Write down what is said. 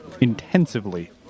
intensively